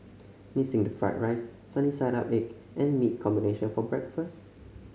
missing the fried rice sunny side up egg and meat combination for breakfast